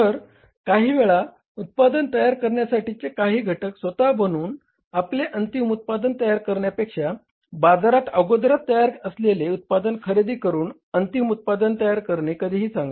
तर काहीवेळा उत्पादन तयार करण्यासाठीचे काही घटक स्वतः बनवून आपले अंतिम उत्पादन तयार करण्यापेक्षा बाजारात अगोदरच तयार असलेले उत्पादन खरेदी करून अंतिम उत्पादन तयार करणे कधीही चांगले